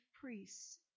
priests